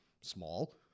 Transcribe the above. small